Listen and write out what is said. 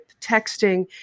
texting